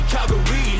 Calgary